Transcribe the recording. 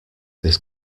this